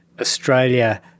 Australia